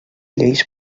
lleis